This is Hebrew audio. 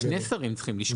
שני שרים צריכים לשקול,